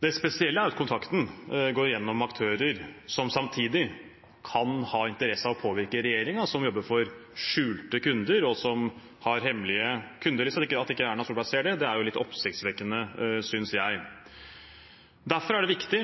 Det spesielle er jo at kontakten går gjennom aktører som samtidig kan ha interesse av å påvirke regjeringen, og som jobber for skjulte kunder, og har hemmelige kunder. At Erna Solberg ikke ser det, er litt oppsiktsvekkende, synes jeg. Derfor er det viktig